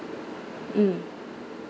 mm